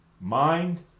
mind